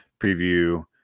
preview